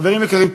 חברים יקרים,